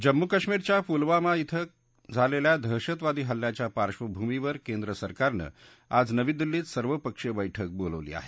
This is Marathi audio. जम्मू काश्मीरच्या पुलवामा इथं झालेल्या दहशतवादी हल्ल्याच्या पार्बभूमीवर केंद्र सरकारनं आज नवी दिल्लीत सर्वपक्षीय बैठक बोलावली आहे